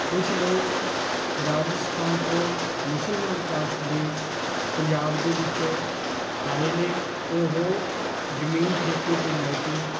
ਕੁਝ ਲੋਕ ਰਾਜਸਥਾਨ ਤੋਂ ਮੁਸਲਮਾਨ ਕਾਸ਼ਟ ਦੇ ਪੰਜਾਬ ਦੇ ਵਿੱਚ ਆਏ ਨੇ ਉਹ ਜ਼ਮੀਨ ਠੇਕੇ 'ਤੇ ਲੈ ਕੇ